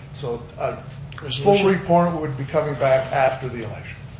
so full report would be coming back after the election.